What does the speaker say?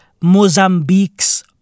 Mozambique's